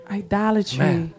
idolatry